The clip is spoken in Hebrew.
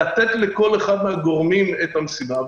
לתת לכל אחד מן הגורמים את המשימה שלו.